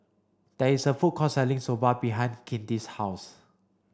there is a food court selling Soba behind Kinte's house